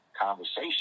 conversation